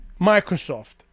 Microsoft